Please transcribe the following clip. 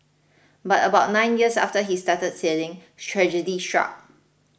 but about nine years after he started sailing tragedy struck